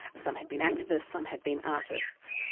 some had been activists, some had been artists.